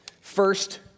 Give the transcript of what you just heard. First